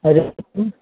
आओर रेहूके